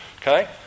Okay